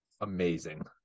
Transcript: amazing